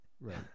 Right